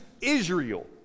Israel